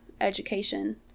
education